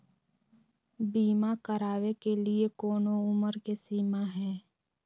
बीमा करावे के लिए कोनो उमर के सीमा है?